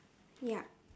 yup